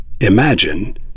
Imagine